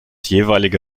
jeweilige